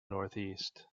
northeast